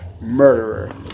murderer